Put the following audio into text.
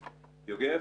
בבקשה.